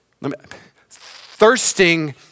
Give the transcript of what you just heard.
Thirsting